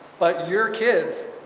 but your kids